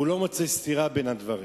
לא מוצא סתירה בין הדברים.